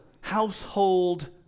household